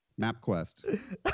MapQuest